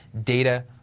data